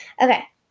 okay